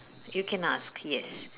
you can ask yes